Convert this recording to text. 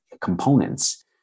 components